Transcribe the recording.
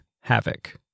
havoc